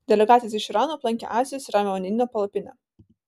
delegatės iš irano aplankė azijos ir ramiojo vandenyno palapinę